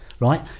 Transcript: Right